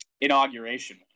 inauguration